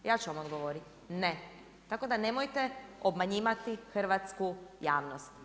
Ja ću vam odgovoriti, ne, tako da nemojte obmanjivati hrvatsku javnost.